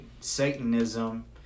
Satanism